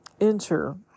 enter